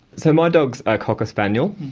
so my dog's a cocker spaniel,